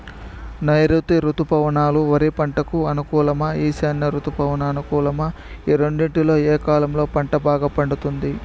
నైరుతి రుతుపవనాలు వరి పంటకు అనుకూలమా ఈశాన్య రుతుపవన అనుకూలమా ఈ రెండింటిలో ఏ కాలంలో పంట బాగా పండుతుంది?